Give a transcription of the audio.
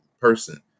person